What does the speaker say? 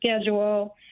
schedule